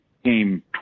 came